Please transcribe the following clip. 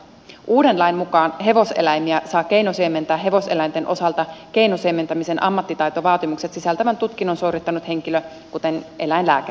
uuden lain mukaan hevoseläimiä saa keinosiementää hevoseläinten osalta keinosiementämisen ammattitaitovaatimukset sisältävän tutkinnon suorittanut henkilö kuten eläinlääkäri